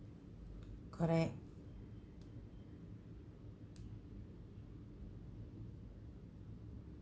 correct